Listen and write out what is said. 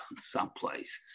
someplace